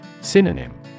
Synonym